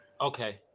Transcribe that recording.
Okay